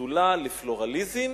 השדולה לפלורליזם